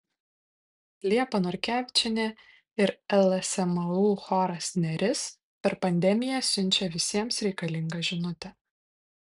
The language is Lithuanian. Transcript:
liepa norkevičienė ir lsmu choras neris per pandemiją siunčia visiems reikalingą žinutę